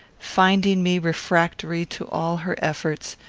finding me refractory to all her efforts,